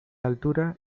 altura